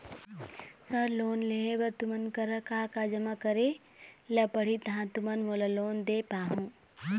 Sir loan लेहे बर तुमन करा का का जमा करें ला पड़ही तहाँ तुमन मोला लोन दे पाहुं?